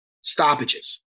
stoppages